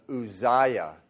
Uzziah